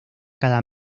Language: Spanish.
cada